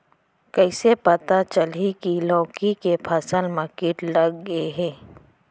कइसे पता चलही की लौकी के फसल मा किट लग गे हे?